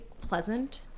pleasant